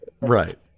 Right